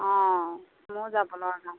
অঁ মইয়ো যাব লগা কাম